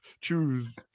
choose